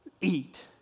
Eat